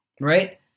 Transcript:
right